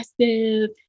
aggressive